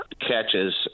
Catches